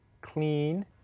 clean